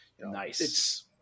Nice